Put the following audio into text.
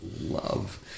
love